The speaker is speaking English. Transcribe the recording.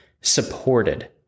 supported